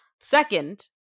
Second